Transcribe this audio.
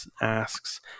asks